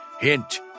Hint